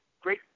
great